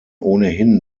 ohnehin